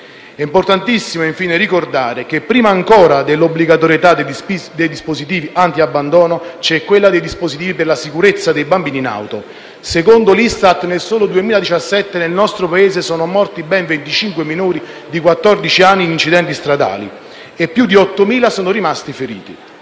È importantissimo, infine, ricordare che prima ancora dell'obbligatorietà dei dispositivi antiabbandono, c'è quella dei dispositivi per la sicurezza dei bambini in auto. Secondo l'ISTAT, nel solo 2017 nel nostro Paese sono morti ben 25 minori di quattordici anni in incidenti stradali, e più di 8.000 sono rimasti feriti.